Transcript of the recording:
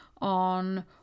on